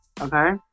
okay